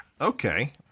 Okay